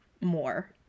more